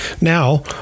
Now